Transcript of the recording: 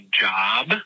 job